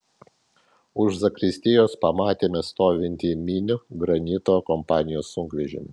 už zakristijos pamatėme stovintį minių granito kompanijos sunkvežimį